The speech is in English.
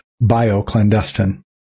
bio-clandestine